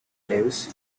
lewes